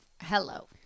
Hello